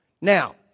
Now